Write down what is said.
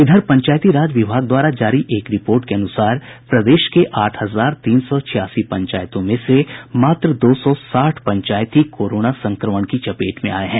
इधर पंचायती राज विभाग द्वारा जारी एक रिपोर्ट के अनुसार प्रदेश के आठ हजार तीन सौ छियासी पंचायतों में से मात्र दो सौ साठ पंचायत ही कोरोना संक्रमण की चपेट में आये हैं